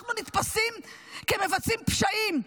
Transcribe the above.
אנחנו נתפסים כמבצעים פשעים.